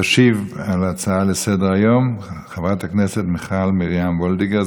תשיב על ההצעה לסדר-היום חברת הכנסת מיכל מרים וולדיגר,